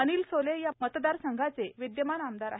अनिल सोले या मतदारसंघाचे विद्यमान आमदार आहेत